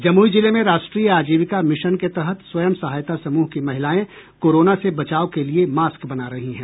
जमुई जिले में राष्ट्रीय आजीविका मिशन के तहत स्वयं सहायता समूह की महिलाएं कोरोना से बचाव के लिये मास्क बना रही हैं